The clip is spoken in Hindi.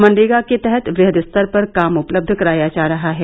मनरेगा के तहत वृहद स्तर पर काम उपलब्ध कराया जा रहा है